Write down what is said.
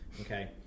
okay